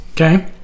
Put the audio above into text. Okay